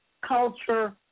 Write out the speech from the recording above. culture